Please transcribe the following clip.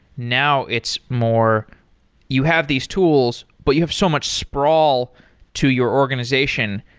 now it's more you have these tools, but you have so much sprawl to your organization.